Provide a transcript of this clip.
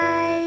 Bye